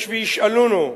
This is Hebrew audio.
יש שישאלונו,